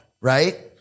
Right